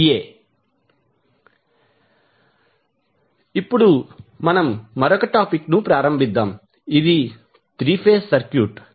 69VA ఇప్పుడు మరొక topic ను ప్రారంభిద్దాం ఇది 3 ఫేజ్ సర్క్యూట్